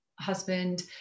husband